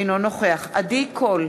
אינו נוכח עדי קול,